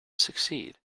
succeed